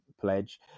Pledge